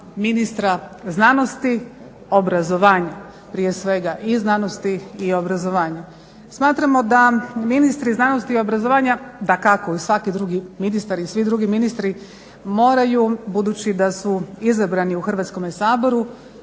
ministra znanosti, obrazovanja prije svega i znanosti i obrazovanja. Smatramo da ministri znanosti i obrazovanja dakako svaki drugi ministar i svi drugi ministri moraju budući da su izabrani u Hrvatskome saboru